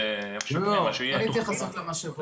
אין התייחסות למשאבות.